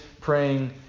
praying